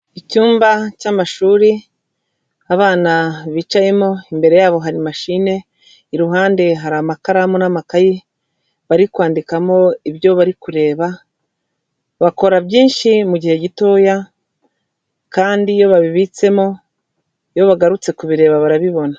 Icyumba cy'amashuri. abana, bicayemo. Imbere yabo harimachine. Iruhande hari amakaramu, n'amakayi, bari kwandikamo ibyo bari kureba. Bakora byinshi, mu gihe gitoya. Kandi iyo babitsemo, iyo bagarutse kubireba barabibona.